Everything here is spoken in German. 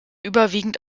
überwiegend